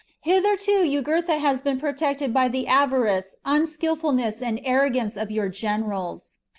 hitherto jugurtha has been protected by the avarice, unskilfulness, and arrogance of your generals,